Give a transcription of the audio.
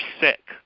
sick